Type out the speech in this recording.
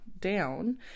down